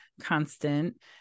constant